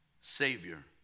Savior